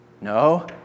No